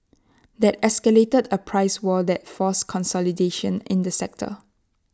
that escalated A price war that's forced consolidation in the sector